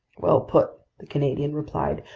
well put, the canadian replied.